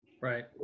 Right